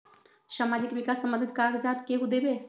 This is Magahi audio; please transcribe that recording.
समाजीक विकास संबंधित कागज़ात केहु देबे?